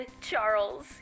Charles